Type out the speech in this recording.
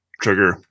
trigger